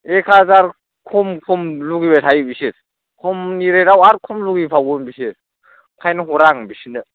एक हाजार खम खम लुगैबाय थायो बिसोर खमनि रेडाव आर खम लुगैबावो बिसोर ओंखायनो हरा आं बिसोरनो